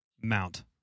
mount